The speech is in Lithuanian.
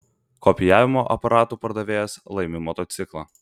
kopijavimo aparatų pardavėjas laimi motociklą